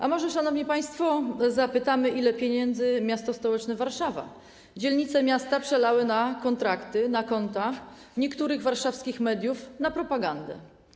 A może, szanowni państwo, zapytamy, ile pieniędzy miasto stołeczne Warszawa, dzielnice miasta przelały na kontrakty, na konta niektórych warszawskich mediów na propagandę.